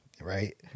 right